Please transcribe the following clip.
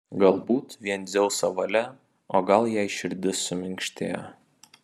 galbūt vien dzeuso valia o gal jai širdis suminkštėjo